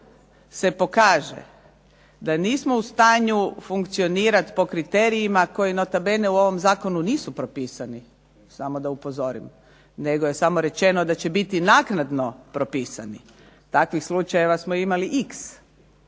se pokaže da nismo u stanju funkcionirati po kriterijima koji nota bene nisu u ovom zakonu propisani, samo da upozorim, nego je samo rečeno da će biti naknadno propisani. Takvih slučajeva smo imali x.